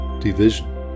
division